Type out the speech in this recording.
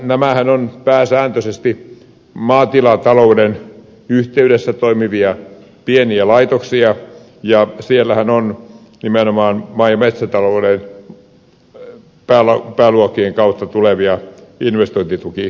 nämähän ovat pääsääntöisesti maatilatalouden yhteydessä toimivia pieniä laitoksia ja siellähän on nimenomaan maa ja metsätalouden pääluokkien kautta tulevia investointitukimahdollisuuksia